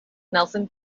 nelson